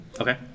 Okay